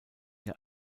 der